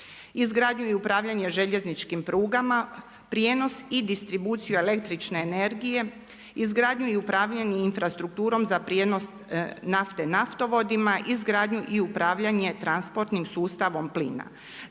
izgradnju i upravljanje željezničkim prugama, prijenos i distribuciju električne energije, izgradnju i upravljanje infrastrukturom za prijenos nafte naftovodima, izgradnju i upravljanje transportnim sustavom plina.